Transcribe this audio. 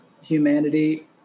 humanity